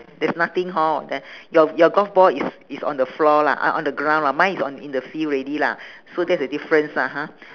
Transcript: there's nothing hor up there your your golf ball is is on the floor lah uh on the ground lah mine is on in the field already lah so that's a difference lah ha